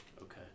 Okay